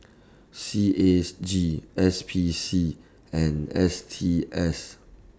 C A S G S P C and S T S